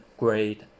great